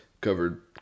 covered